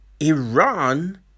Iran